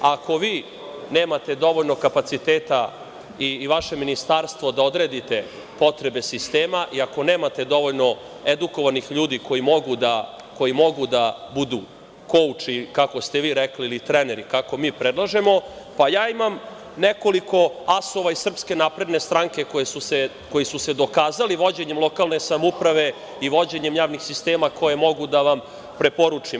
Ako vi nemate dovoljno kapaciteta i vaše Ministarstvo da odredite potrebe sistema i ako nemate dovoljno edukovanih ljudi koji mogu da budu kouči, kako ste vi rekli, ili treneri, kako mi predlažemo, pa, ja imam nekoliko asova iz SNS, koji su se dokazali vođenjem lokalne samouprave i vođenjem javnih sistema koje mogu da vam preporučim.